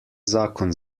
zakon